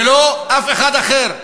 ולא לאף אחד אחר,